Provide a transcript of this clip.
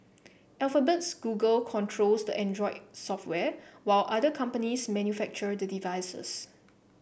Alphabet's Google controls the Android software while other companies manufacture the devices